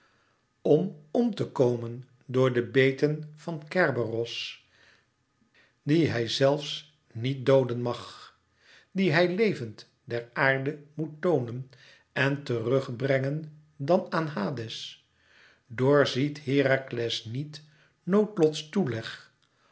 om m te komen door de beten van kerberos dien hij zelfs niet dooden mag dien hij levend der aarde moet toonen en terug brengen dan aan hades doorziet herakles niet noodlots toeleg